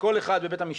בקול אחד בבית המשפט,